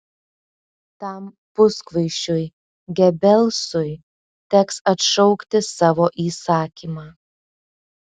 tam puskvaišiui gebelsui teks atšaukti savo įsakymą